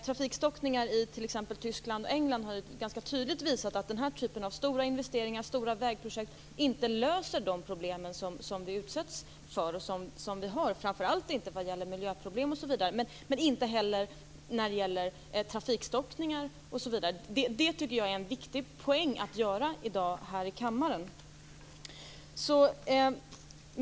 Trafikstockningar i t.ex. Tyskland och England har ju ganska tydligt visat att den här typen av stora investeringar, stora vägprojekt, inte löser de problem som vi utsätts för och som vi har - framför allt inte vad gäller miljön, men inte heller vad gäller trafikstockningar osv. Det tycker jag är en viktig poäng i debatten här i dag i kammaren.